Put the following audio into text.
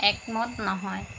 একমত নহয়